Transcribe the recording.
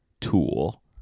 tool